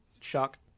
shock